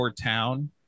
town